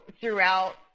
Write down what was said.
throughout